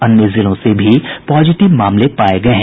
अन्य जिलों से भी पॉजिटिव मामले पाये गये हैं